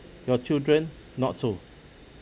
your children not so